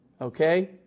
Okay